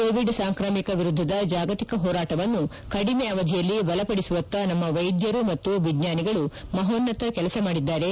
Covid ಸಾಂಕ್ರಾಮಿಕ ವಿರುದ್ದ ಜಾಗತಿಕ ಹೋರಾಟವನ್ನು ಕಡಿಮೆ ಅವಧಿಯಲ್ಲಿ ಬಲಪಡಿಸುವತ್ತ ನಮ್ಮ ವೈದ್ಯರು ಮತ್ತು ವಿಜ್ಞಾನಿಗಳು ಮಹೋನ್ನತ ಕೆಲಸ ಮಾಡಿದ್ದಾರೆ